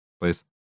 please